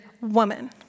woman